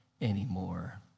anymore